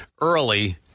early